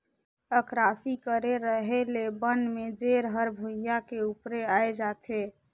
अकरासी करे रहें ले बन में जेर हर भुइयां के उपरे आय जाथे